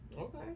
Okay